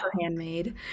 handmade